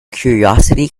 curiosity